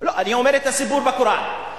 אני אומר את הסיפור בקוראן.